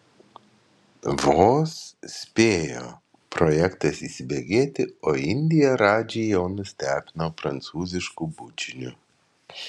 vos spėjo projektas įsibėgėti o indija radžį jau nustebino prancūzišku bučiniu